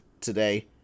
today